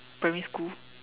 primary school